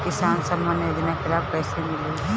किसान सम्मान योजना के लाभ कैसे मिली?